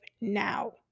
now